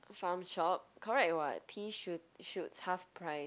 Farm Shop correct [what] pea shoot shoots half price